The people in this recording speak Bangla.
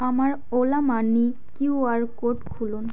আমার ওলা মানি কিউআর কোড খুলুন